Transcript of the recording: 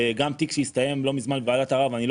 גם תיק שהסתיים לא מזמן בוועדת ערר ואני לא